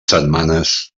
setmanes